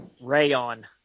Rayon